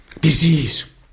disease